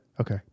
Okay